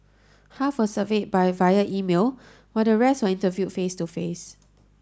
half were surveyed by via email while the rest were interviewed face to face